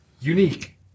unique